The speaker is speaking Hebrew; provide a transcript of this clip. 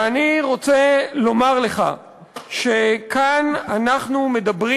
ואני רוצה לומר לך שכאן אנחנו מדברים